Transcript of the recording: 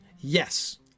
Yes